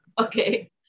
Okay